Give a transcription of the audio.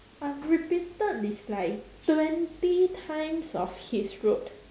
I'm repeated it's like twenty times of his route